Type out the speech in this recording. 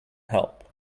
help